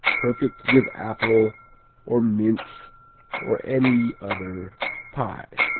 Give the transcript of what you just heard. perfect with apple or mince or any other pie.